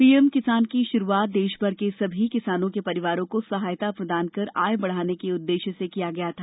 PM Kisan की शुरूआत देश भर के सभी किसानों के परिवारों को सहायता प्रदान कर आय बढ़ाने के उद्देश्य से किया गया था